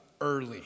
early